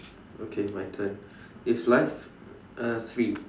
okay my turn if lives uh three